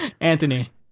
Anthony